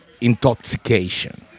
intoxication